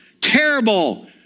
terrible